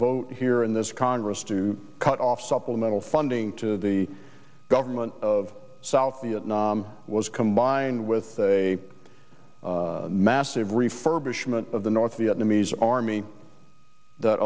vote here in this congress to cut off supplemental funding to the government of south vietnam was combined with a massive refurbishment of the north vietnamese army that